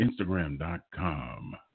instagram.com